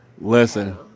Listen